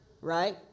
right